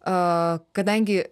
o kadangi